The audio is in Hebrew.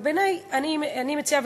אני מציעה,